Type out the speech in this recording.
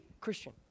Christian